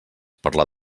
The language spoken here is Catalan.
parlar